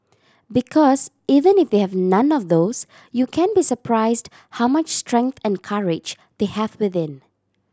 because even if they have none of those you can be surprised how much strength and courage they have within